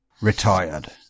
retired